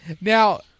Now